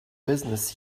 business